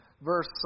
verse